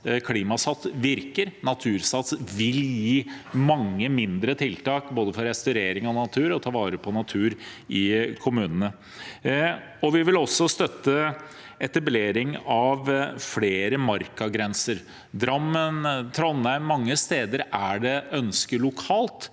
Klimasats virker, og Natursats vil gi mange mindre tiltak både for restaurering av natur og for å ta vare på natur i kommunene. Vi vil også støtte etablering av flere markagrenser. I Drammen, i Trondheim og mange steder er det et ønske lokalt